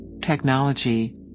technology